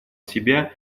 себя